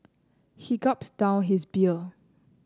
he gulped down his beer